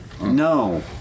No